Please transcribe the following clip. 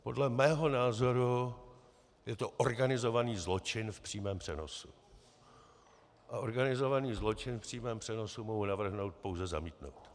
Podle mého názoru je to organizovaný zločin v přímém přenosu a organizovaný zločin v přímém přenosu mohu navrhnout pouze zamítnout.